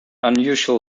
unusual